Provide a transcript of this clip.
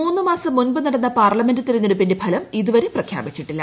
മൂന്നു മാസം മുമ്പ് നടന്ന പാർലമെന്റ് തെരഞ്ഞെട്ടുപ്പിന്റെ ഫലം ഇതുവരെ പ്രഖ്യാപിച്ചിട്ടില്ല